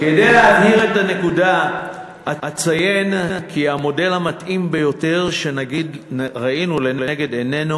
כדי להבהיר את הנקודה אציין כי המודל המתאים ביותר שראינו לנגד עינינו